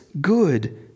good